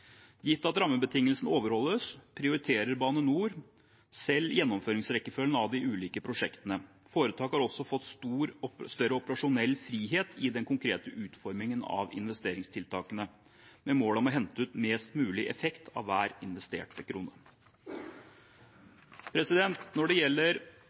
Gitt at rammebetingelsene overholdes, prioriterer Bane NOR selv gjennomføringsrekkefølgen av de ulike prosjektene. Foretak har også fått større operasjonell frihet i den konkrete utformingen av investeringstiltakene med mål om å hente ut mest mulig effekt av hver investerte krone. Når det gjelder